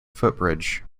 footbridge